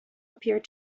appeared